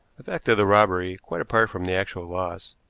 the fact of the robbery, quite apart from the actual loss,